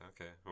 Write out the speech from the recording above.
Okay